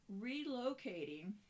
relocating